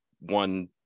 one